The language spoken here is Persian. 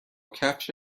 کفش